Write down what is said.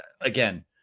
again